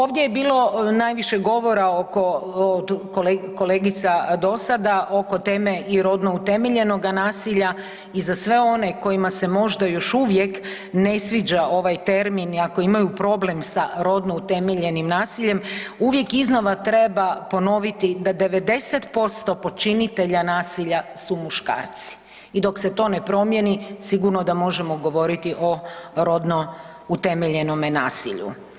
Ovdje je bilo najviše govora oko od kolegica do sada, oko teme i rodno utemeljenog nasilja i za sve one kojima se možda još uvijek ne sviđa ovaj termin i ako imaju problem sa rodno utemeljenim nasiljem, uvijek iznova treba ponoviti da 90% počinitelja nasilja su muškarci i dok se to ne promijeni, sigurno da možemo govoriti o rodno utemeljenome nasilju.